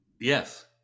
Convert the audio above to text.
Yes